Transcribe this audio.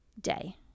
day